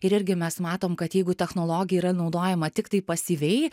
ir irgi mes matom kad jeigu technologija yra naudojama tiktai pasyviai